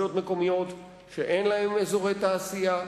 שאין להן אזורי תעשייה,